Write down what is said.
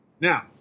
Now